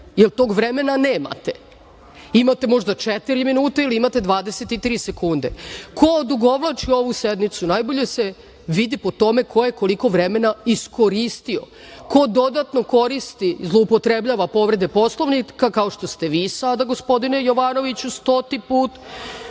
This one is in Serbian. jer tog vremena nemate. Imate možda četiri minuta ili imate 23 sekunde. Ko odugovlači ovu sednicu najbolje se vidi po tome ko je koliko vremena iskoristio, ko dodatno koristi i zloupotrebljava povrede Poslovnika, kao što ste vi sada, gospodine Jovanoviću, stoti put,